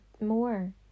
more